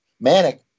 manic